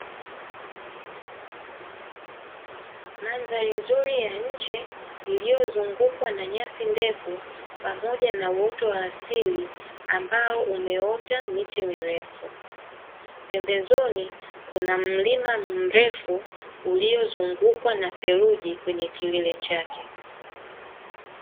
Mandhari nzuri ya nje iliyozungukwa na nyasi ndefu pamoja na uoto wa asili ambao umeota miti mirefu, pembezoni kuna mlima mrefu uliozungukwa na theluji kwenye kilele chake.